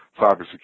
cybersecurity